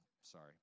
Sorry